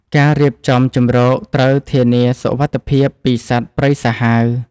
ការរៀបចំជម្រកត្រូវធានាសុវត្ថិភាពពីសត្វព្រៃសាហាវ។